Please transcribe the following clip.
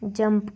jump